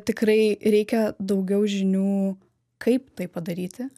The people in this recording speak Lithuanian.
tikrai reikia daugiau žinių kaip tai padaryti